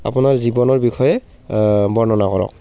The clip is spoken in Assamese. আপোনাৰ জীৱনৰ বিষয়ে বৰ্ণনা কৰক